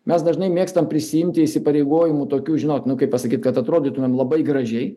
mes dažnai mėgstam prisiimti įsipareigojimų tokių žinot nu kaip pasakyt kad atrodytumėm labai gražiai